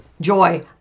joy